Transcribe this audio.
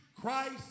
Christ